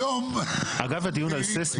זה לא השיקול --- אגב הדיון הססמי,